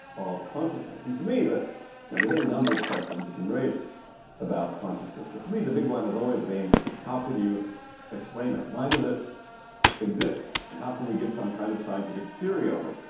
of consciousness. and for me, you know there's any number of questions you can raise about consciousness but for me the big one has always been how can you explain it? why does it exist and how can we give some kind of scientific theory of it.